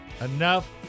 enough